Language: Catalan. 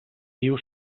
diu